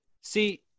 see